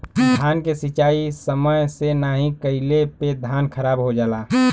धान के सिंचाई समय से नाहीं कइले पे धान खराब हो जाला